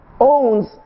owns